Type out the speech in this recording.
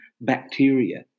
bacteria